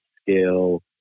scale